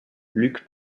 luc